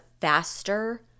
faster